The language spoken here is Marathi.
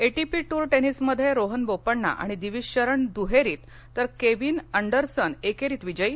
एटीपी टूर टेनिसमध्ये रोहन बोपण्णा आणि दिवीज शरण दूहेरीत तर केविन अँडरसन एकेरीत विजयी